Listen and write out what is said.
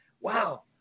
wow